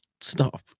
Stop